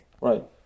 Right